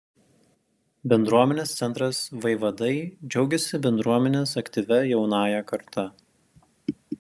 bendruomenės centras vaivadai džiaugiasi bendruomenės aktyvia jaunąja karta